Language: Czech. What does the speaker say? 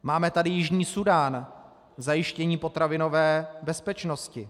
Máme tady Jižní Súdán, zajištění potravinové bezpečnosti.